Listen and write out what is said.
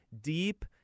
deep